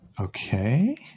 Okay